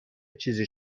چیزی